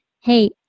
hey